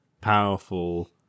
powerful